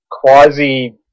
Quasi